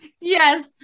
Yes